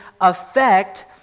affect